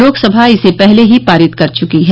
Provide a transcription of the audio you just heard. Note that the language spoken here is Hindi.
लोकसभा इसे पहले ही पारित कर चुकी है